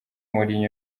mourinho